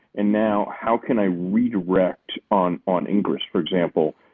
and now, how can i redirect on on english, for example,